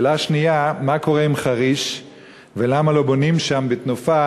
שאלה שנייה: מה קורה בחריש ולמה לא בונים שם בתנופה